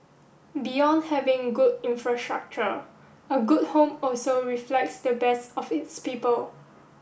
beyond having good infrastructure a good home also reflects the best of its people